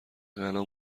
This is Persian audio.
غنا